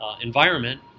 environment